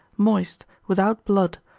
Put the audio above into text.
moist, without blood,